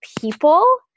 people